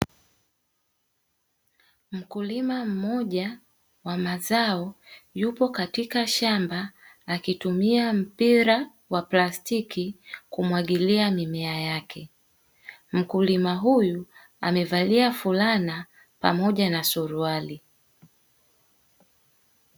Mkulima mmoja wa mazao yupo katika shamba akitumia mpira wa plastiki kumwagilia mimea yake. Mkulima huyu amevalia fulana pamoja na suruali.